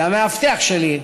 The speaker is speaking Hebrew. והמאבטח שלי,